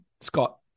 Scott